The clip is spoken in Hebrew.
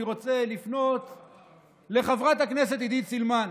אני רוצה לפנות לחברת הכנסת עידית סילמן,